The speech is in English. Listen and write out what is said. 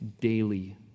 daily